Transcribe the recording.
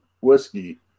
whiskey